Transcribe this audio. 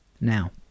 Now